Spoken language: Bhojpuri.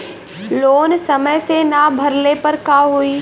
लोन समय से ना भरले पर का होयी?